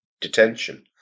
detention